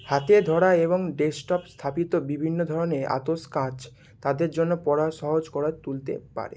হাতে ধরা এবং ডেস্কটপ স্থাপিত বিভিন্ন ধরনের আতসকাচ তাদের জন্য পড়াও সহজ করে তুলতে পারে